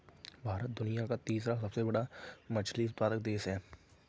भारत दुनिया का तीसरा सबसे बड़ा मछली उत्पादक देश है